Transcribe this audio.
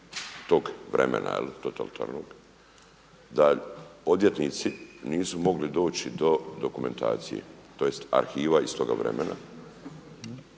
tog vremena totalitarnog, da odvjetnici nisu mogli doći do dokumentacije tj. arhiva iz toga vremena